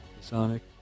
Sonic